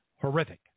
horrific